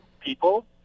people